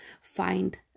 Find